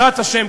בעזרת השם,